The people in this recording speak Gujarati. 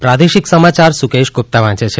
પ્રાદેશિક સમાયાર સુકેશ ગુપ્તા વાંચે છે